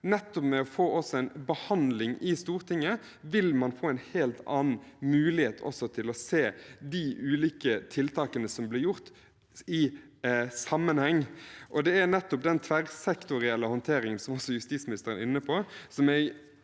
Nettopp ved også å få en behandling i Stortinget vil man få en helt annen mulighet til å se de ulike tiltakene som ble gjort, i sammenheng. Det er nettopp den tverrsektorielle håndteringen, som også justisministeren var inne på, som jeg